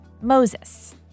Moses